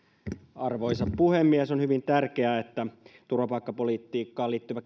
arvoisa puhemies on hyvin tärkeää että turvapaikkapolitiikkaan liittyvä